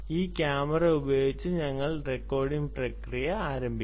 ഈ ക്യാമറ ഉപയോഗിച്ച് ഞങ്ങൾ റെക്കോർഡിംഗ് പ്രക്രിയ ആരംഭിക്കും